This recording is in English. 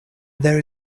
there